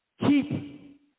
Keep